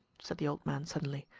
said the old man suddenly,